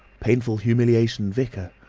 painful humiliation vicar.